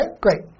great